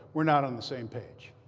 we're not on the same page.